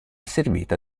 servita